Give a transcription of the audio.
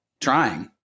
trying